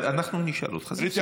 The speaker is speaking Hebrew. אנחנו נשאל אותך, זה בסדר.